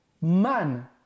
man